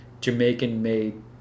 Jamaican-made